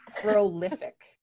Prolific